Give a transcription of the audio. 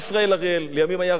לימים היה הרב של פיקוד צפון.